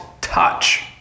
touch